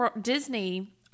Disney